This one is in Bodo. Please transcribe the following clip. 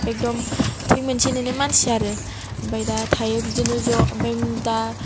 एखदम थै मोनसेनिनो मानसि आरो ओमफ्राय दा थायो बिदिनो ज' ओमफ्राय दा